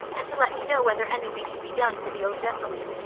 and to let me know whether anything can be done for the old gentleman.